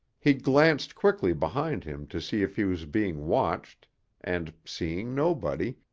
he glanced quickly behind him to see if he was being watched and, seeing nobody,